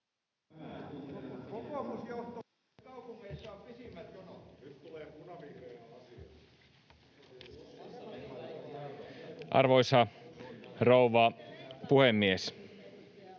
Arvoisa rouva puhemies!